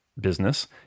business